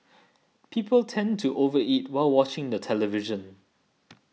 people tend to over eat while watching the television